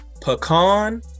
pecan